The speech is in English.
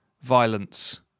violence